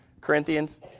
Corinthians